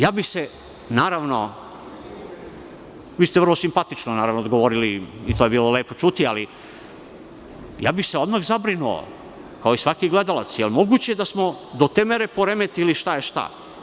Naravno, vi ste vrlo simpatično odgovorili i to je bilo lepo čuti, ali ja bih se odmah zabrinuo, kao svaki gledalac, da li je moguće da smo do te mere poremetili šta je šta?